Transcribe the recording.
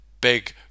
big